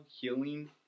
healing